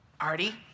Artie